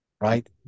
Right